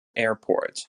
airport